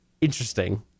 interesting